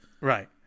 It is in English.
right